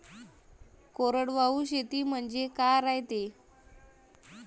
कोरडवाहू शेती म्हनजे का रायते?